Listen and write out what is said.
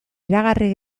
iragarri